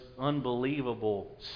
unbelievable